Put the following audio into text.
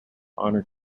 honor